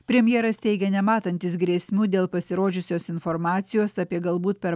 premjeras teigė nematantis grėsmių dėl pasirodžiusios informacijos apie galbūt per